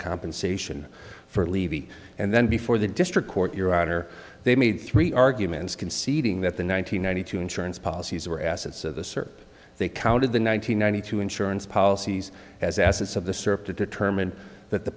compensation for levy and then before the district court your honor they made three arguments conceding that the nine hundred ninety two insurance policies were assets of the cert they counted the nine hundred ninety two insurance policies as assets of the serp to determine that the